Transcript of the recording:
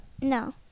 No